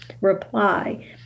reply